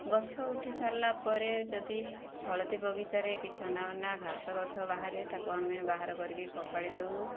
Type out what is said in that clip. ଗଛ ଉଠିସରିଲା ପରେ ଯଦି ହଳଦୀ ବଗିଚାରେ କିଛି ଅନାବନା ଘାସ ଗଛ ବାହାରେ ତାକୁ ଆମେ ବାହାର କରିକି ଫୋପାଡ଼ି ଦେଉ